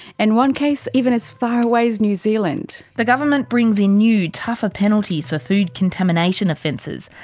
and one case even as far away as new zealand. the government brings in new, tougher penalties for food contamination offences,